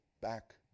back